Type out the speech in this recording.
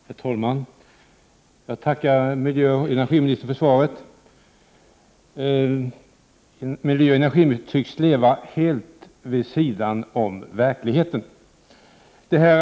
Herr talman! Jag tackar miljöoch energiministern för svaret. Miljöoch energiministern tycks leva helt vid sidan om verkligheten.